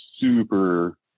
super